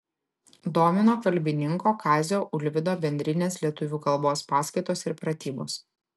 domino kalbininko kazio ulvydo bendrinės lietuvių kalbos paskaitos ir pratybos